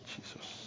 Jesus